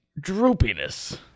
droopiness